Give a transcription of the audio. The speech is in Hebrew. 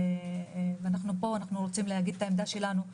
אנחנו פה רוצים להגיד את העמדה שלנו.